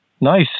Nice